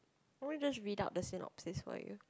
won't you just read up the synopsis for you